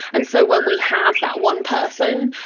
and so when we have that one person,